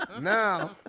Now